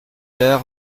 ter